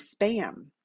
spam